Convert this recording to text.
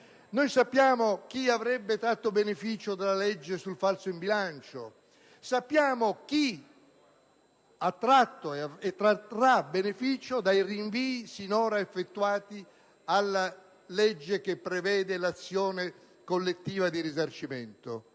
televisioni, chi avrebbe tratto beneficio dalle leggi sul falso in bilancio e chi ha tratto e trarrà beneficio dai rinvii finora effettuati della legge che prevede l'azione collettiva di risarcimento.